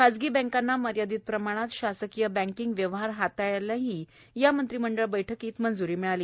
खासगी बँकांना मर्यादित प्रमाणात शासकीय बँकिंग व्यवहार हाताळायलाही या मंत्रीमंडळ बैठकीत मंजूरी मिळाली